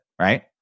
Right